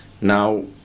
now